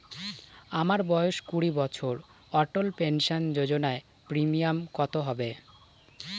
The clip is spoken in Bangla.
আমার বয়স কুড়ি বছর অটল পেনসন যোজনার প্রিমিয়াম কত হবে?